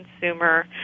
consumer